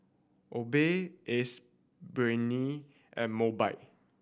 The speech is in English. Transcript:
Obey Ace Brainery and Mobike